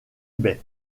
bay